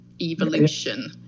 evolution